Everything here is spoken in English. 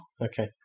Okay